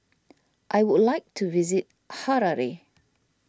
I would like to visit Harare